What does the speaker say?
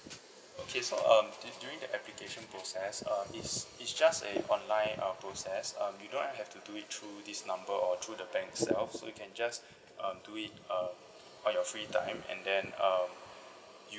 okay so um dur~ during the application process uh is is just a online uh process um you do not have to do it through this number or through the bank itself so you can just um do it um on your free time and then um you